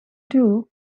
two